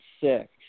six